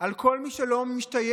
על כל מי שלא משתייך,